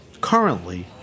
currently